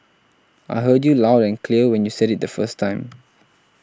I heard you loud and clear when you said it the first time